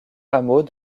hameaux